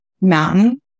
mountain